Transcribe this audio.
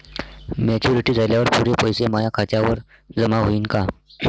Maturity झाल्यावर पुरे पैसे माया खात्यावर जमा होईन का?